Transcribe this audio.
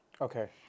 Okay